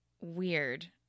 weird